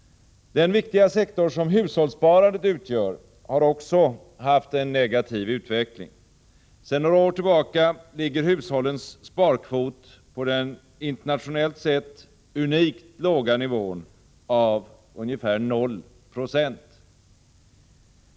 Den viktiga sektor som hushållssparandet utgör har också haft en negativ utveckling. Sedan några år tillbaka ligger hushållens sparkvot på den internationellt sett unikt låga nivån av ungefär 0 20.